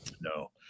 no